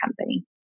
company